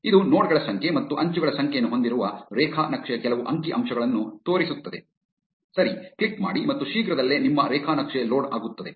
ಇದು ನೋಡ್ ಗಳ ಸಂಖ್ಯೆ ಮತ್ತು ಅಂಚುಗಳ ಸಂಖ್ಯೆಯನ್ನು ಹೊಂದಿರುವ ರೇಖಾನಕ್ಷೆಯ ಕೆಲವು ಅಂಕಿಅಂಶಗಳನ್ನು ತೋರಿಸುತ್ತದೆ ಸರಿ ಕ್ಲಿಕ್ ಮಾಡಿ ಮತ್ತು ಶೀಘ್ರದಲ್ಲೇ ನಿಮ್ಮ ರೇಖಾನಕ್ಷೆ ಲೋಡ್ ಆಗುತ್ತದೆ